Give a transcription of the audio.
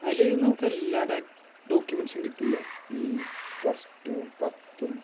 അതിൽ നമുക്കെല്ലാ ഡേ ഡോക്യുമെൻസും കിട്ടുല്ലേ ഈ പ്ലസ് ടുവും പത്തും